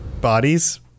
bodies